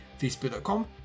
facebook.com